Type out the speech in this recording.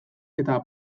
eta